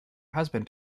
husband